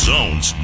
Zone's